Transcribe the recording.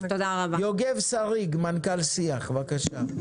יוגב סריג, מנכ"ל שיח, בבקשה.